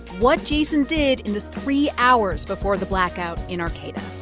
what jason did in the three hours before the blackout in arcata